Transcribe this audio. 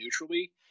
neutrally